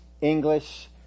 English